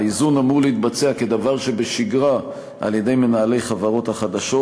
האיזון אמור להתבצע כדבר שבשגרה על-ידי מנהלי חברות החדשות.